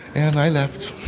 and i left